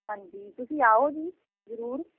ਹਾਂਜੀ ਤੁਸੀਂ ਆਓ ਜੀ ਜ਼ਰੂਰ